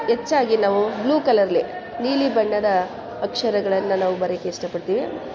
ಹೆಚ್ಚಾಗಿ ನಾವು ಬ್ಲೂ ಕಲರ್ಲಿ ನೀಲಿ ಬಣ್ಣದ ಅಕ್ಷರಗಳನ್ನು ನಾವು ಬರೆಯೋಕೆ ಇಷ್ಟಪಡ್ತೀವಿ